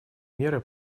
меры